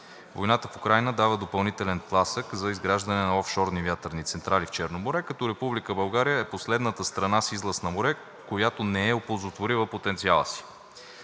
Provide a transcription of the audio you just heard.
Войната в Украйна дава допълнителен тласък за изграждане на офшорни вятърни централи в Черно море, като Република България е последната страна с излаз на море, която не е оползотворила потенциала си.